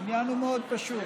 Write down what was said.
העניין הוא מאוד פשוט.